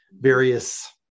various